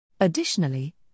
Additionally